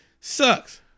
sucks